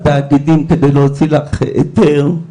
כדי להוציא לך היתר,